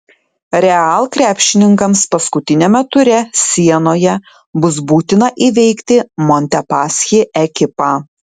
real krepšininkams paskutiniame ture sienoje bus būtina įveikti montepaschi ekipą